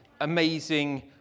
amazing